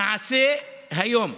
נעשה היום.